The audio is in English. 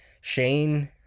Shane